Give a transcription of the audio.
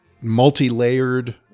Multi-layered